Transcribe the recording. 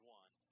one